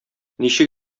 ничек